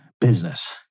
business